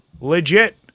legit